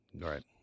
right